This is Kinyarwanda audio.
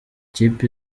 ikipe